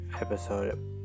episode